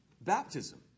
Baptism